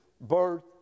birth